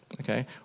Okay